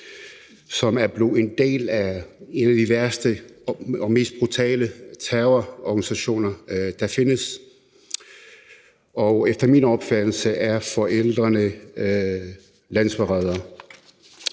som er blevet en del af en af de værste og mest brutale terrororganisationer, der findes, og efter min opfattelse er forældrene landsforrædere.